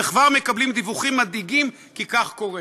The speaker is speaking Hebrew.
וכבר מקבלים דיווחים מדאיגים כי כך קורה.